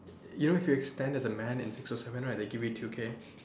you know if you extend there as a man in six o seven right thatey give you two K